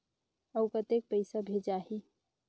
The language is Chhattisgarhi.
अउ कतेक पइसा भेजाही?